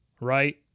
right